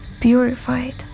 purified